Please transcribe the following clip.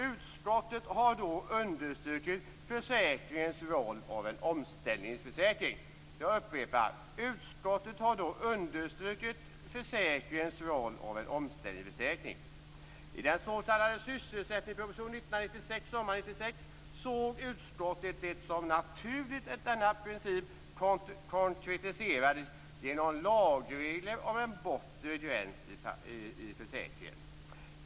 Utskottet har då understrukit försäkringens roll av omställningsförsäkring. I sitt yttrande till finansutskottet med anledning av den s.k. sysselsättningspropositionen sommaren 1996 - såg utskottet det som naturligt att denna princip konkretiserades genom lagregler om en bortre gräns i försäkringen.